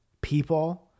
people